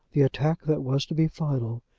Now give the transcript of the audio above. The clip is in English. the attack that was to be final,